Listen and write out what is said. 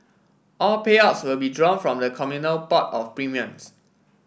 all payouts will be drawn from the communal pot of premiums